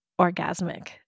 orgasmic